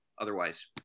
otherwise